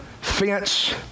fence